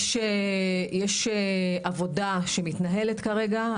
יש עבודה שמתנהלת כרגע.